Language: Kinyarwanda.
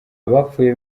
abapfuye